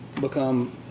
become